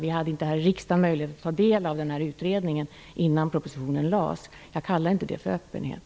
Vi här i riksdagen hade inte möjlighet att ta del av utredningen innan propositionen lades fram. Det kallar jag inte för öppenhet.